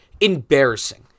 Embarrassing